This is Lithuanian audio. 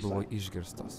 buvo išgirstos